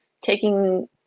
taking